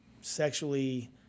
sexually